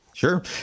Sure